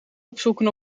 opzoeken